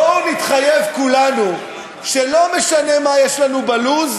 בואו נתחייב כולנו שלא משנה מה יש לנו בלו"ז,